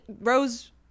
Rose